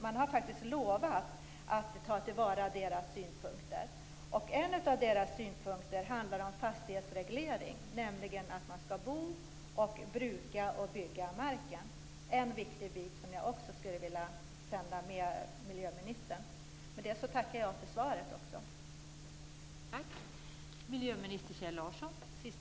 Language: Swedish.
Man har faktiskt lovat att ta till vara deras synpunkter. En av synpunkterna handlar om fastighetsreglering, nämligen att man skall bo, bruka och bygga marken. Det är en viktig bit som jag skulle vilja sända med miljöministern. Med det tackar jag också för svaret.